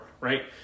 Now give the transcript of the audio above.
right